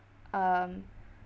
um